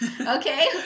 Okay